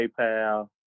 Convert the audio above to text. PayPal